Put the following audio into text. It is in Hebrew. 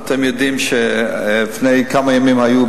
ואתם יודעים שלפני כמה ימים היו,